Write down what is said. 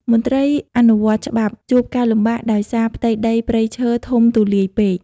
មន្ត្រីអនុវត្តច្បាប់ជួបការលំបាកដោយសារផ្ទៃដីព្រៃឈើធំទូលាយពេក។